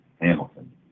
Hamilton